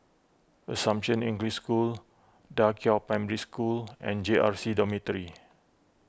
Assumption English School Da Qiao Primary School and J R C Dormitory